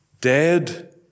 dead